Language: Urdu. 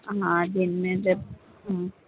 ہاں دن میں جب ہوں